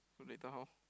so later how